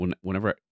whenever